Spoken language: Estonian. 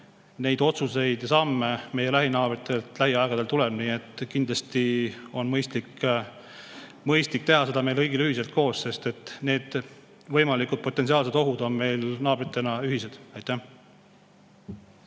neid otsuseid ja samme meie lähinaabritelt lähiajal tuleb, nii et kindlasti on mõistlik teha seda meil kõigil ühiselt, sest et need potentsiaalsed ohud on meil naabritena ühised. Martin